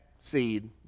seed